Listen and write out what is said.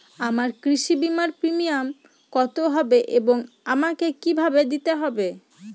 আমার কৃষি বিমার প্রিমিয়াম কত হবে এবং আমাকে কি ভাবে দিতে হবে?